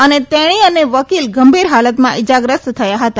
અને તેણી અને વકીલ ગંભીર હાલતમાં ઇજાગ્રસ્ત થયા હતા